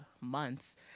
months